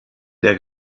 der